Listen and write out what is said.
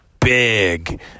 big